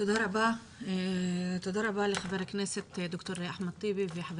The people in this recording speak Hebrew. תודה רבה לחבר הכנסת ד"ר אחמד טיבי ולחבר